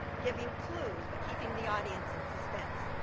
giving clues but keeping the audience and suspense.